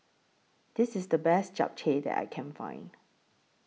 This IS The Best Japchae that I Can Find